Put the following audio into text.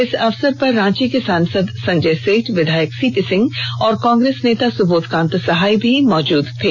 इस अवसर पर रांची के सांसद सजय सेठ विधायक सीपी सिंह और कांग्रेस नेता सुबोधकांत सहाय भी मौजूद थे